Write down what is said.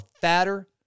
fatter